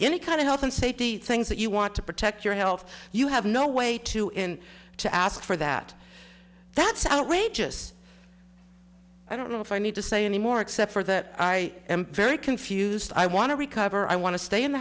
any kind of health and safety things that you want to protect your health you have no way to in to ask for that that's outrageous i don't know if i need to say any more except for that i am very confused i want to recover i want to stay in the